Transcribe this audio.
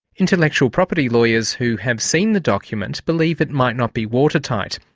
intellectual property lawyers who have seen the document believe it might not be watertight.